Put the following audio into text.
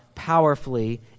powerfully